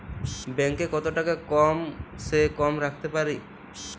Bank এ কত টাকা কম সে কম রাখতে পারি?